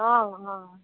অ অ